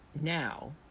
now